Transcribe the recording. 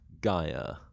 Gaia